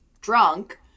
drunk